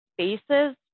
spaces